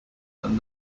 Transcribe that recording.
than